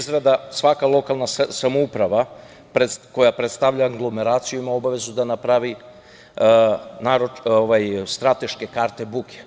Svaka lokalna samouprava koja predstavlja aglomeraciju ima obavezu da napravi strateške karte buke.